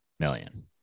million